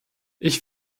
ich